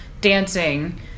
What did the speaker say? dancing